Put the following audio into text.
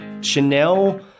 Chanel